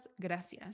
gracias